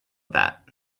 that